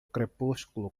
crepúsculo